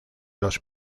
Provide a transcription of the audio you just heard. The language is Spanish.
los